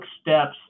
steps